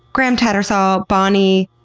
graham tattersall, bonnie,